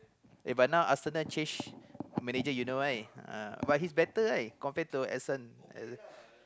eh but now after that change manager you know why uh but he's better right compared to